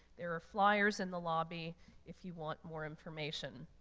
there are fliers in the lobby if you want more information.